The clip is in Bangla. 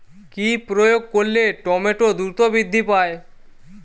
কি প্রয়োগ করলে টমেটো দ্রুত বৃদ্ধি পায়?